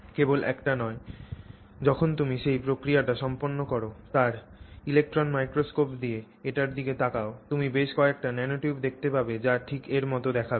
কেবল একটি নয় যখন তুমি সেই প্রক্রিয়াটি সম্পন্ন কর আর ইলেক্ট্রন মাইক্রোস্কোপ দিয়ে এটির দিকে তাকাও তুমি বেশ কয়েকটি ন্যানোটিউব দেখতে পাবে যা ঠিক এর মতো দেখাবে